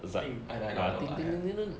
I think I I know I know ya